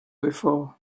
before